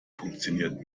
funktioniert